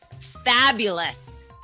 fabulous